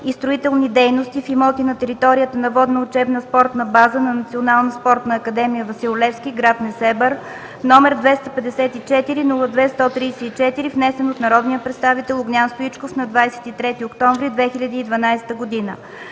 и строителни дейности в имоти на територията на Водна учебна спортна база на Национална спортна академия „Васил Левски” – град Несебър, № 254 02-134, внесен от народния представител Огнян Стоичков на 23 октомври 2012 г.